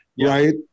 right